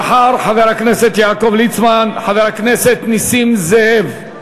לאחר חבר הכנסת יעקב ליצמן, חבר הכנסת נסים זאב.